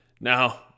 Now